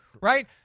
right